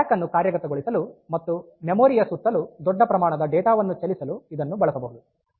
stack ಅನ್ನು ಕಾರ್ಯಗತಗೊಳಿಸಲು ಮತ್ತು ಮೆಮೊರಿ ಯ ಸುತ್ತಲೂ ದೊಡ್ಡ ಪ್ರಮಾಣದ ಡೇಟಾ ವನ್ನು ಚಲಿಸಲು ಇದನ್ನು ಬಳಸಬಹುದು